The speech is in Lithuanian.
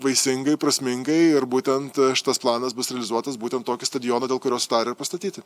vaisingai prasmingai ir būtent šitas planas bus realizuotas būtent tokį stadioną dėl kurio sutarę pastatyti